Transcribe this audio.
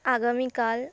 আগামীকাল